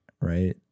right